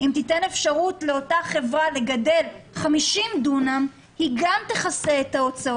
יש ילדים חולי אפילפסיה שמצאו עבורם את הזן